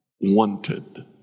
wanted